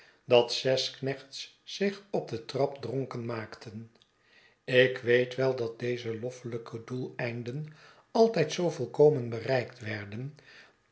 dat zes knechts zich op de trap dronken maakten ik weet wel dat deze loffelijke doeleinden altijd zoo volkomen bereikt werden